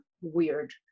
weird